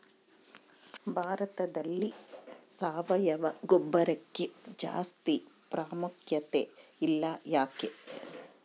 ಭಾರತದಲ್ಲಿ ಸಾವಯವ ಗೊಬ್ಬರಕ್ಕೆ ಜಾಸ್ತಿ ಪ್ರಾಮುಖ್ಯತೆ ಇಲ್ಲ ಯಾಕೆ?